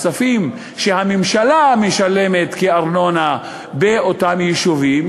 הכספים שהממשלה משלמת כארנונה באותם יישובים,